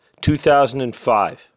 2005